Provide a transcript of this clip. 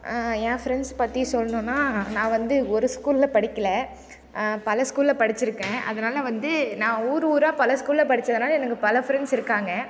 என் friends பற்றி சொல்லணும்னா நான் வந்து ஒரு ஸ்கூலில் படிக்கலை பல ஸ்கூலில் படித்திருக்கேன் அதனால் வந்து நான் ஊர் ஊராக பல ஸ்கூலில் படித்ததனால எனக்கு பல ஃப்ரெண்ட்ஸ் இருக்காங்க